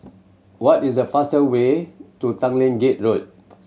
what is the faster way to Tanglin Gate Road